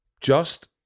just-